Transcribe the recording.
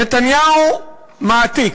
נתניהו מעתיק.